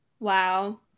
Wow